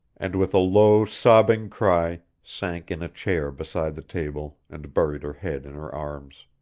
and with a low, sobbing cry sank in a chair beside the table and buried her head in her arms.